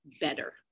better